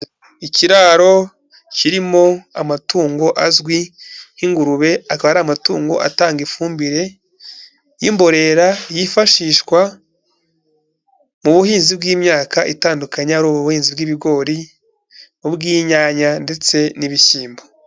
Ikiraro kirimo amatungo azwi nk'ingurube, akaba ari amatungo atanga ifumbire y'imborera yifashishwa mu buhinzi bw'imyaka itandukanye, ari ubuhinzi bw'ibigori, ubw'inyanya ndetse n'ibishyimbo.